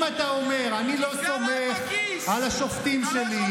אם אתה אומר: אני לא סומך על השופטים שלי,